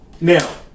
Now